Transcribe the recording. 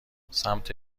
سمت